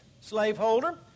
slaveholder